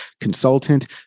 consultant